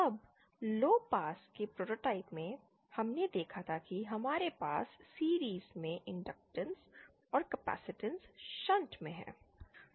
अब low pass के prototype में हमने देखा था कि हमारे पास सीरिज़ में इंडक्टर्नस और कैपेसिटेंस शंट में हैं